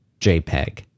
JPEG